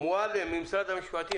מועלם ממשרד המשפטים,